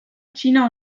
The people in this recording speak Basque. txina